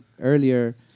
earlier